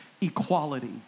equality